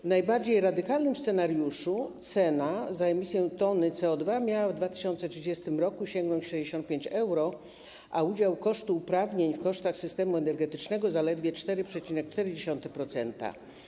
W najbardziej radykalnym scenariuszu cena za emisję tony CO2 miała w 2030 r. sięgnąć 65 euro, a udział kosztów uprawnień w kosztach systemu energetycznego – zaledwie 4,4%.